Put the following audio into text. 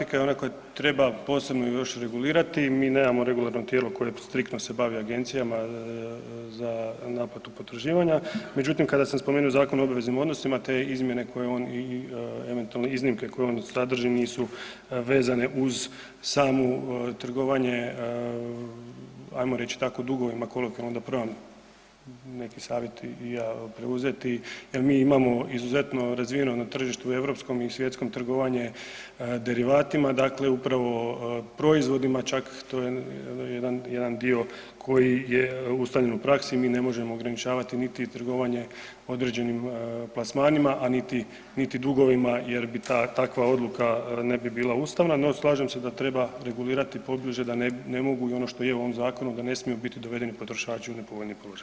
Slažem se da ta problematika treba posebno još regulirati, mi nemamo regulatorno tijelo koje striktno se bavi agencijama za naplatu potraživanja, međutim, kada sam spomenuo Zakon o obveznim odnosima, te izmjene koje on i eventualno iznimke koje on sadrži nisu vezane uz samu trgovanje ajmo reći tako, dugovima, kolokvijalno da probam neki savjet i ja preuzeti jer mi imamo izuzetno razvijeno na tržištu europskom i svjetskom trgovanje derivatima, dakle upravo proizvodima čak, to je jedan dio koji je ustaljen u praksi, mi ne možemo ograničavati niti trgovanje određenim plasmanima, a niti dugovima jer bi takva odluka ne bi bila ustavna, no slažem se da treba regulirati pobliže da ne mogu i ono što je u ovom zakonu, da ne smiju biti dovedeni potrošači u nepovoljni položaj.